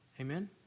Amen